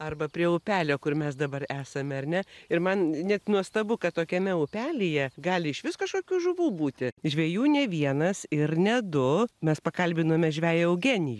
arba prie upelio kur mes dabar esame ar ne ir man net nuostabu kad tokiame upelyje gali išvis kažkokių žuvų būti žvejų ne vienas ir ne du mes pakalbinome žveją eugenijų